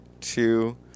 two